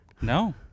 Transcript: No